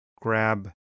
grab